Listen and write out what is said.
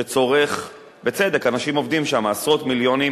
שצורך, בצדק, אנשים עובדים שם, עשרות מיליונים,